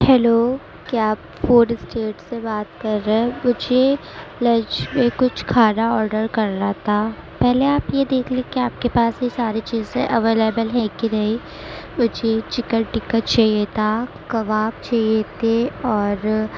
hello کیا آپ food street سے بات کر رہے ہیں مجھے لنچ میں کچھ کھانا آڈر کرنا تھا پہلے آپ یہ دیکھ لیں کہ آپ کے پاس یہ ساری چیزیں اویلیبل ہے کہ نہیں مجھے چکن ٹکہ چاہیے تھا کباب چاہیے تھے اور